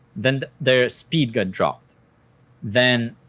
then their speed got dropped then